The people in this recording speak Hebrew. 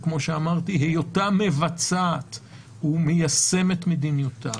וכמו שאמרתי, היותה מבצעת ומיישמת מדיניותה